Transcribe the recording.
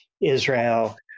Israel